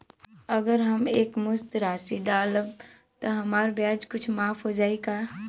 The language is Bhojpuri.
अगर हम एक मुस्त राशी डालब त हमार ब्याज कुछ माफ हो जायी का?